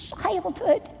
childhood